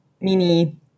mini